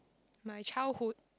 my childhood